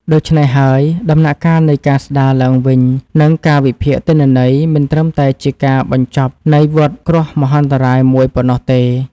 ដូច្នេះហើយ ដំណាក់កាលនៃការស្តារឡើងវិញ និងការវិភាគទិន្នន័យ មិនត្រឹមតែជាការបញ្ចប់នៃវដ្តគ្រោះមហន្តរាយមួយប៉ុណ្ណោះទេ។